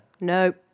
Nope